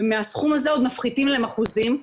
ומהסכום הזה עוד מפחיתים להם אחוזים.